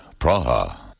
Praha